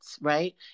right